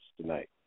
tonight